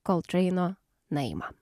koltreino naima